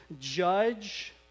judge